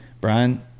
Brian